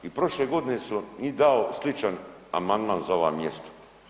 I prošle godine sam dao sličan amandman za ova mjesta.